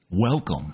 Welcome